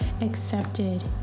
accepted